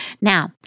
Now